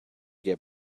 get